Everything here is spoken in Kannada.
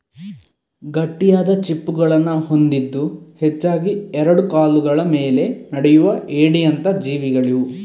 ಗಟ್ಟಿಯಾದ ಚಿಪ್ಪುಗಳನ್ನ ಹೊಂದಿದ್ದು ಹೆಚ್ಚಾಗಿ ಎರಡು ಕಾಲುಗಳ ಮೇಲೆ ನಡೆಯುವ ಏಡಿಯಂತ ಜೀವಿಗಳಿವು